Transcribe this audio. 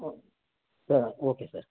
okay sir okay sir